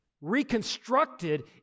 reconstructed